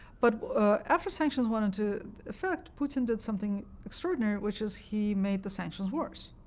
but after sanctions went into effect, putin did something extraordinary, which is he made the sanctions worse.